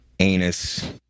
anus